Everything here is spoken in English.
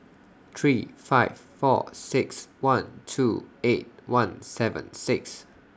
three five four six one two eight one seven six